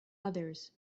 others